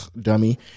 Dummy